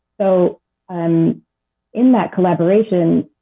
so um in that collaboration,